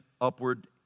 upward